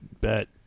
bet